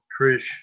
Trish